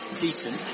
decent